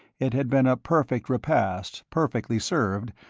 it had been a perfect repast, perfectly served,